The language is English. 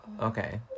Okay